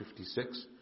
56